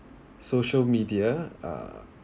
social media are